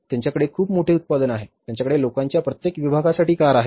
त्यांच्याकडे खूप मोठे उत्पादन आहे त्यांच्याकडे लोकांच्या प्रत्येक विभागासाठी कार आहेत